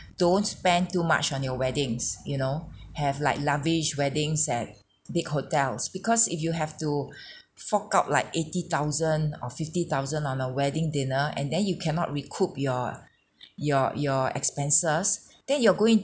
don't spend too much on your weddings you know have like lavish weddings at big hotels because if you have to fork out like eighty thousand or fifty thousand on a wedding dinner and then you cannot recoup your your your expenses then you're going